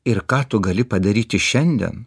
ir ką tu gali padaryti šiandien